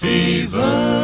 Fever